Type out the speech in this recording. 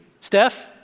Steph